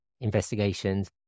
investigations